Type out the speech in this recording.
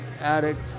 addict